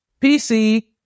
PC